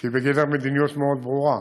שהיא בגדר מדיניות מאוד ברורה.